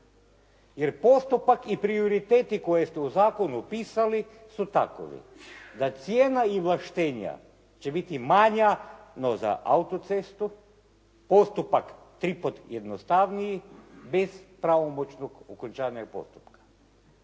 jer postupak i prioriteti koji su u zakonu pisali su takvi da cijena izvlaštenja će biti manja no za autocestu, postupak tri put jednostavniji bez pravomoćnog okončanja i postupka.